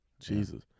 Jesus